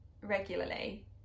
regularly